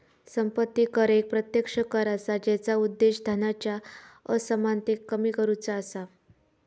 संपत्ती कर एक प्रत्यक्ष कर असा जेचा उद्देश धनाच्या असमानतेक कमी करुचा असा